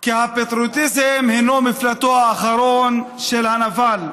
כי הפטריוטיזם הוא מפלטו האחרון של הנבל.